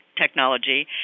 technology